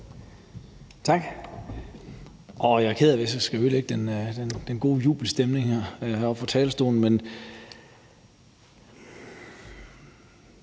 Tak. Jeg er ked af, hvis jeg kommer til at ødelægge den gode jubelstemning heroppe fra talerstolen,